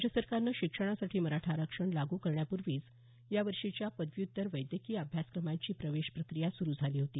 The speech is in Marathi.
राज्य सरकारनं शिक्षणासाठी मराठा आरक्षण लागू करण्यापूर्वीच यावर्षीच्या पदव्युत्तर वैद्यकीय अभ्यासक्रमांची प्रवेश प्रक्रिया सुरु झाली होती